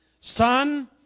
Son